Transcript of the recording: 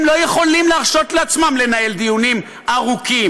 הם לא יכולים להרשות לעצמם לנהל דיונים ארוכים,